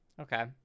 Okay